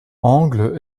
angle